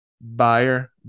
buyer